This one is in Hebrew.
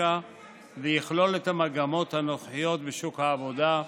לסטטיסטיקה ויכלול את המגמות הנוכחיות בשוק העבודה,